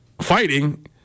fighting